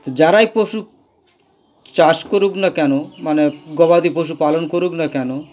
যারাই পশু চাষ করুক না কেন মানে গবাদি পশুপালন করুক না কেন